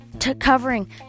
covering